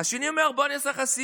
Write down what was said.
השני אומר: בוא אני אעשה לך סיור.